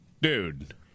Dude